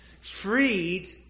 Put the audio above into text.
freed